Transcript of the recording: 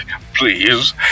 Please